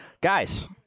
Guys